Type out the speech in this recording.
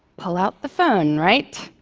pull out the phone, right?